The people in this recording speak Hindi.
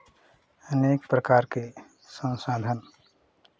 अनेक प्रकार के संसाधन